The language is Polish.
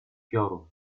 piorun